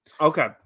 Okay